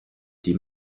die